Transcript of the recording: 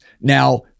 Now